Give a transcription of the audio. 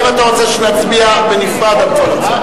האם אתה רוצה שנצביע בנפרד על כל הצעה?